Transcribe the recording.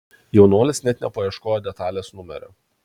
jaunuolis net nepaieškojo detalės numerio